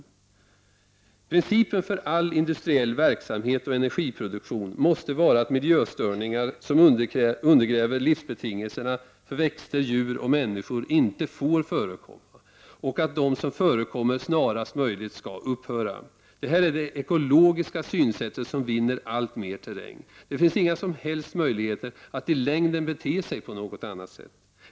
Det måste vara en princip för all industriell verksamhet och energiproduktion att miljöstörningar som undergräver livsbetingelserna för växter, djur och människor inte får förekomma och att de som förekommer snarast möjligt skall upphöra. Det här är det ekologiska synsätt som alltmer vinner terräng. Det finns inga som helst möjligheter att i längden bete sig på något annat sätt.